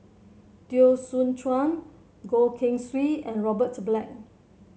Teo Soon Chuan Goh Keng Swee and Robert Black